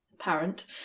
apparent